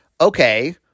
okay